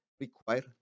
require